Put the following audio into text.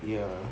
ya